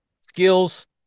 Skills